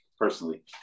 personally